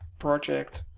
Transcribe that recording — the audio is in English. project